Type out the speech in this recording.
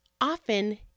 often